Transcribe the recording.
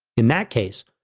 in that case,